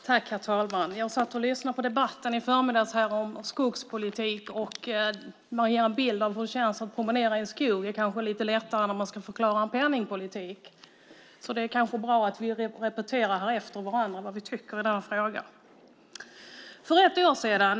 Herr talman! Jag satt och lyssnade på debatten om skogspolitik i förmiddags. Att göra sig en bild av hur det känns att promenera i en skog är kanske lite lättare än att förklara penningpolitik. Därför är det kanske bra att vi repeterar efter varandra vad vi tycker i frågan.